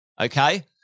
Okay